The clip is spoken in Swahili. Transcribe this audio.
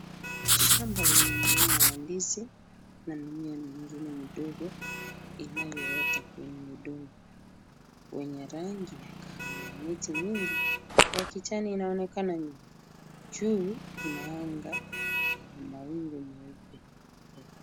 Shamba lenye mimea ya ndizi na mimea mingine midogo inayoota kwenye udongo wenye rangi ya kahawia. Miti mingi ya kijani inaonekana nyuma, juu kuna anga yenye mawingu meupe.